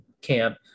camp